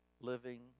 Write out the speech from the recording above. living